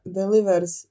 delivers